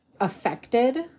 affected